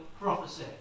prophecy